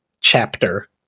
chapter